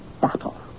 Battle